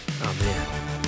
Amen